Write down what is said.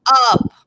up